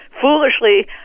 Foolishly